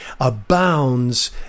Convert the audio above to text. abounds